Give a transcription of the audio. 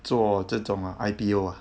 做这种 ah I_P_O ah